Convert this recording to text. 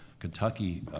kentucky,